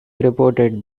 reported